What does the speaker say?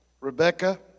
Rebecca